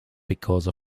because